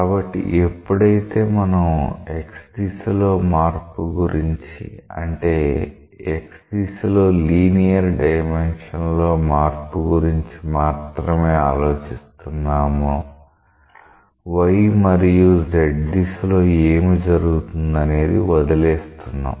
కాబట్టి ఎప్పుడైతే మనం x దిశలో మార్పు గురించి అంటే x దిశలో లీనియర్ డైమెన్షన్ లో మార్పు గురించి మాత్రమే ఆలోచిస్తున్నామో y మరియు z దిశలో ఏమి జరుగుతుందనేది వదిలేస్తున్నాం